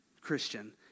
Christian